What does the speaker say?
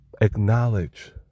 Acknowledge